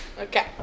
Okay